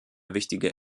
wichtige